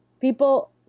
people –